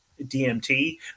DMT